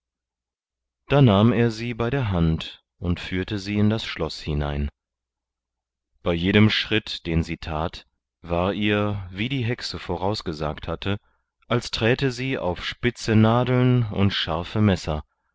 da nahm er sie bei der hand und führte sie in das schloß hinein bei jedem schritt den sie that war ihr wie die hexe vorausgesagt hatte als träte sie auf spitze nadeln und scharfe messer